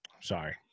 Sorry